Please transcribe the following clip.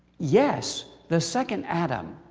yes, the second adam